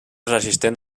resistent